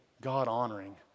God-honoring